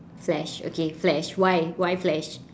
flash okay flash why why flash